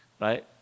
right